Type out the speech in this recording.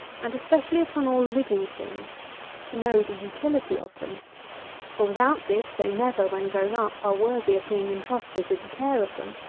and especially upon all living things to know the utility of them for, without this, they never, when grown up, are worthy of being entrusted with the care of them.